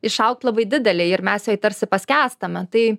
išaugt labai didelei ir mes joj tarsi paskęstame tai